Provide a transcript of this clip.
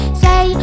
say